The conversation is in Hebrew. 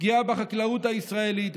פגיעה בחקלאות הישראלית,